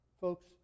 Folks